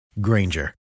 Granger